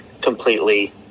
completely